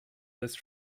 this